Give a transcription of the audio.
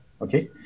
Okay